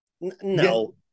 No